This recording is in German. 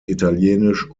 italienisch